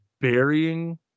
burying